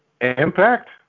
Impact